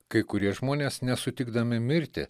kai kurie žmonės nesutikdami mirti